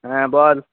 হ্যাঁ বল